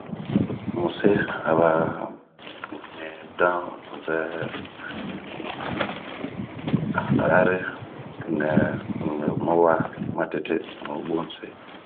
muse a ba nidan ŋɛɛ arare nɛmi mawaa matete.